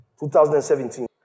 2017